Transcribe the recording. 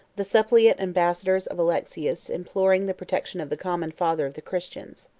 the suppliant ambassadors of alexius imploring the protection of the common father of the christians.